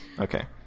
Okay